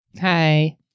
Hi